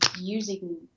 using